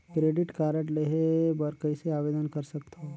Credit card लेहे बर कइसे आवेदन कर सकथव?